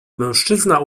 mężczyzna